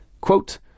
Quote